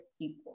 people